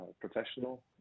professional